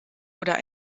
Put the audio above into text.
oder